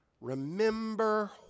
Remember